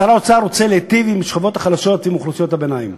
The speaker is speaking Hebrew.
שר האוצר רוצה להיטיב עם השכבות החלשות ועם אוכלוסיות הביניים,